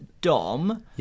Dom